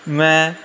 ਮੈਂ